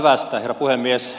herra puhemies